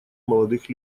молодых